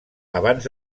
abans